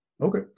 Okay